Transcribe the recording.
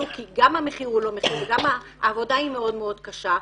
כי גם המחיר הוא לא מחיר וגם העבודה היא מאוד מאוד קשה.